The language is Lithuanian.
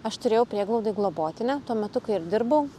aš turėjau prieglaudoj globotinę tuo metu kai ir dirbau